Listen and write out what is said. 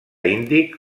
índic